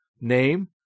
name